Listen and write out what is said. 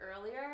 earlier